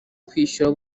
kwishyura